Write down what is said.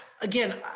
again